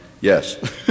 Yes